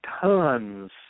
tons